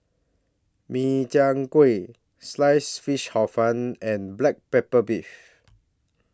Min Chiang Kueh Sliced Fish Hor Fun and Black Pepper Beef